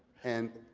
and